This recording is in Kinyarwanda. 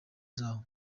zawo